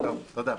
תודה.